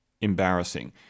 embarrassing